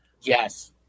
Yes